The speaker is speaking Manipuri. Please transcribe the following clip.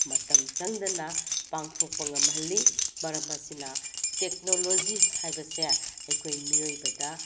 ꯃꯇꯝ ꯆꯪꯗꯅ ꯄꯥꯡꯊꯣꯛꯄ ꯉꯝꯍꯜꯂꯤ ꯃꯔꯝ ꯑꯁꯤꯅ ꯇꯦꯛꯅꯣꯂꯣꯖꯤ ꯍꯥꯏꯕꯁꯦ ꯑꯩꯈꯣꯏ ꯃꯤꯑꯣꯏꯕꯗ